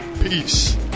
Peace